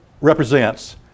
represents